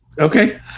Okay